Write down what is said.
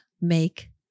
make